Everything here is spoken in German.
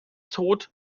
tod